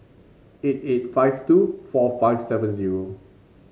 eight eight five two four five seven zero